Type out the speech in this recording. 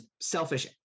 selfish